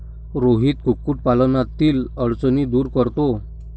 रोहित कुक्कुटपालनातील अडचणी दूर करतो